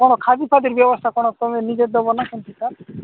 କ'ଣ ଖାଲି ପାଦରେ ବ୍ୟବସ୍ଥା କ'ଣ ତୁମେ ନିଜେ ଦେବ ନା କେମିତି ସାର୍